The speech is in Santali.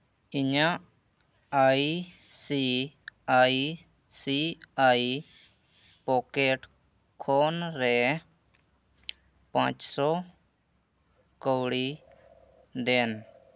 ᱤᱧᱟᱹᱜ I C I C I pocket ᱠᱷᱚᱱ ᱨᱮ ᱯᱟᱸᱪ ᱥᱚ ᱠᱟᱹᱣᱲᱤ ᱫᱮᱱ